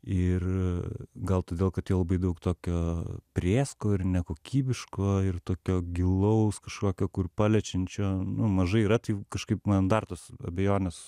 ir gal todėl kad jo labai daug tokio prėsko ir nekokybiško ir tokio gilaus kažkokio kur paliečiančio nu mažai yra tai kažkaip man dar tos abejonės